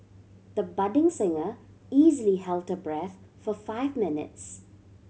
the budding singer easily held her breath for five minutes